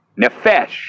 Nefesh